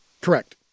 Correct